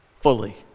Fully